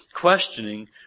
questioning